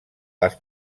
les